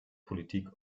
politik